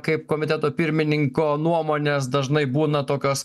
kaip komiteto pirmininko nuomonės dažnai būna tokios